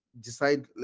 decide